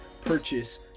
purchase